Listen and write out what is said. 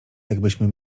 jakbyśmy